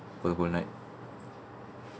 for the whole night